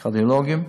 הקרדיולוגים,